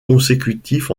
consécutifs